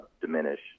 diminish